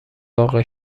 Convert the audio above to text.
وافع